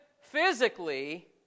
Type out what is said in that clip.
physically